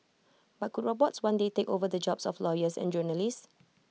but could robots one day take over the jobs of lawyers and journalists